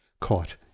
caught